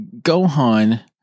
Gohan